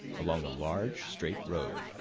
along a large straight road,